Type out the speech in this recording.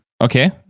okay